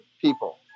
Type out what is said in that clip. people